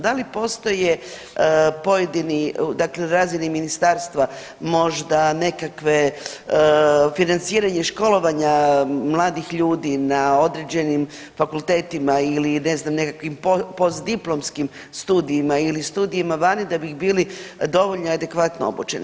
Da li postoje pojedini, dakle na razini ministarstva možda nekakve financiranje školovanja mladih ljudi na određenim fakultetima ili ne znam nekakvim postdiplomskim studijima ili studijima vani da bi bili dovoljno i adekvatno obučeni.